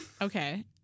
Okay